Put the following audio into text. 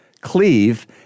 cleave